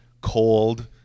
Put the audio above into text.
cold